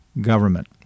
government